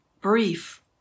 brief